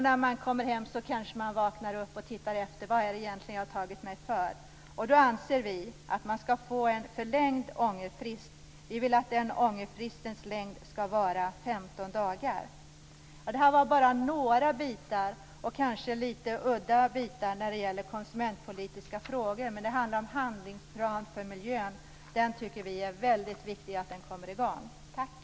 När man kommer hem kanske man vaknar upp och frågar sig: Vad är det jag egentligen tagit mig för? Vi anser att man måste få en förlängd ångerfrist. Vi vill att fristens längd skall vara 15 dagar. Det här var några, kanske litet udda, bitar när det gäller konsumentpolitiska frågor. Handlingsplan för miljön tycker vi att det är väldigt viktigt att komma i gång med.